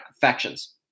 factions